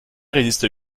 résiste